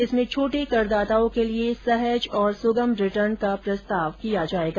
इसमें छोटे करदाताओं के लिए सहज और सुगम रिटर्न का प्रस्ताव किया जायेगा